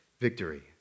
victory